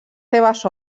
seves